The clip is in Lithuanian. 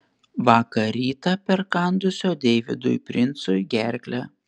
vakar rytą perkandusio deividui princui gerklę